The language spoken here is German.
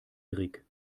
erik